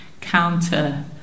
counter